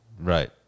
Right